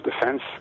defense